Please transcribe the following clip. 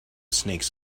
snakes